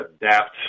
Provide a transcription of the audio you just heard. adapt